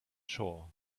shore